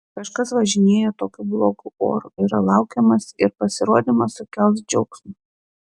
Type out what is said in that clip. kažkas važinėja tokiu blogu oru yra laukiamas ir pasirodymas sukels džiaugsmą